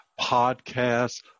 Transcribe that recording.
podcasts